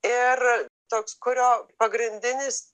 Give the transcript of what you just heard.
ir toks kurio pagrindinis